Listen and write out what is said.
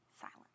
silence